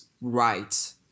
right